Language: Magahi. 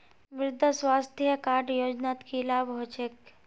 मृदा स्वास्थ्य कार्ड योजनात की लाभ ह छेक